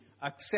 accept